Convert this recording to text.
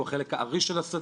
שהוא החלק הארי של השדה,